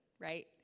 right